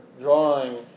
drawing